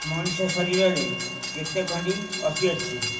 ମଣିଷ ଶରୀରରେ କେତେ ଖଣ୍ଡି ଅସ୍ଥି ଅଛି